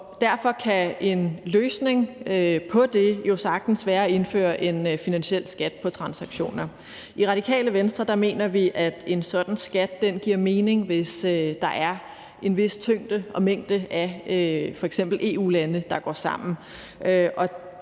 Derfor kan en løsning på det sagtens være at indføre en finansiel skat på transaktioner. I Radikale Venstre mener vi, at en sådan skat giver mening, hvis der er en vis tyngde og mængde af f.eks. EU-lande, der går sammen.